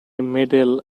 medal